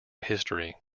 history